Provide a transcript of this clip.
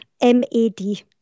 m-a-d